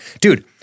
dude